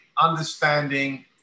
understanding